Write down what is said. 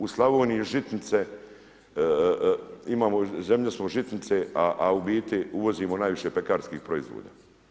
U Slavoniji žitnice, zemlja smo žitnice a u biti uvozimo najviše pekarskih proizvoda.